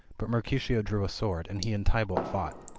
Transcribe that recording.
but mercutio drew a sword, and he and tybalt fought.